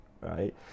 right